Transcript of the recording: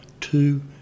two